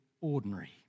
ordinary